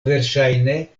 verŝajne